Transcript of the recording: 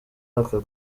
aka